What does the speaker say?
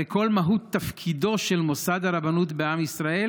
הרי כל מהות תפקידו של מוסד הרבנות בעם ישראל